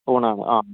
ഊണ് ആണ് ആ